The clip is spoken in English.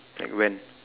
like when